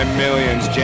millions